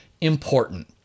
important